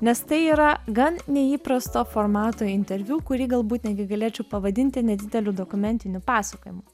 nes tai yra gan neįprasto formato interviu kurį galbūt netgi galėčiau pavadinti nedideliu dokumentiniu pasakojimu